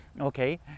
okay